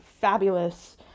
fabulous